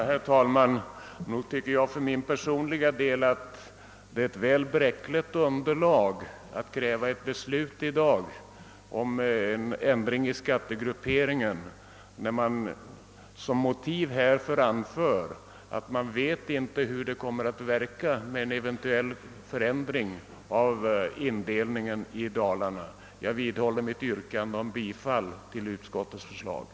Herr talman! Nog tycker jag att det är ett väl bräckligt underlag att i dag kräva ändring i skattegrupperingen med motiveringen att man inte vet hur en eventuell förändring av kommunindelningen i Dalarna kommer att verka. Jag vidhåller mitt yrkande om bifall till utskottets hemställan.